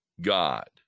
God